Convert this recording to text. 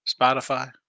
Spotify